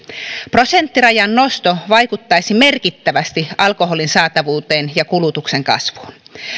prosenttirajan nosto vaikuttaisi merkittävästi alkoholin saatavuuteen ja kulutuksen kasvuun